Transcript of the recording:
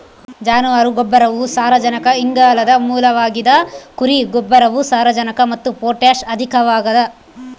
ಜಾನುವಾರು ಗೊಬ್ಬರವು ಸಾರಜನಕ ಇಂಗಾಲದ ಮೂಲವಾಗಿದ ಕುರಿ ಗೊಬ್ಬರವು ಸಾರಜನಕ ಮತ್ತು ಪೊಟ್ಯಾಷ್ ಅಧಿಕವಾಗದ